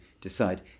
decide